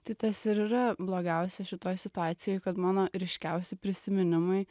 tai tas ir yra blogiausia šitoj situacijoj kad mano ryškiausi prisiminimai